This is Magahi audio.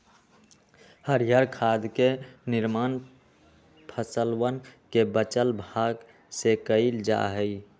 हरीयर खाद के निर्माण फसलवन के बचल भाग से कइल जा हई